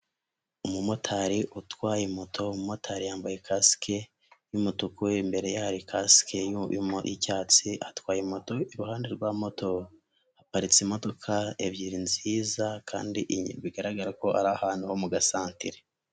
Umumotari utwaye moto, umumotari yambaye ikasike y'umutuku, imbere ye hari kasike y'icyatsi atwaye moto, iruhande rwa moto haparitse imodoka ebyiri nziza kandi bigaragara ko ari ahantu ho mu gasantere.